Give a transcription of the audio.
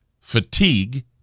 fatigue